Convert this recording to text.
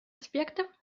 аспектов